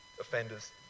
offenders